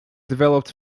developed